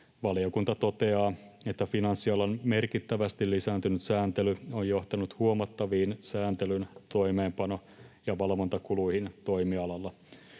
Valiokunta toteaa, että finanssialan merkittävästi lisääntynyt sääntely on johtanut huomattaviin sääntelyn toimeenpano- ja valvontakuluihin toimialalla.